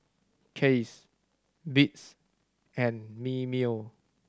Kiehl's Beats and Mimeo